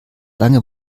lange